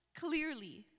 Clearly